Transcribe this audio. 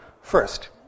First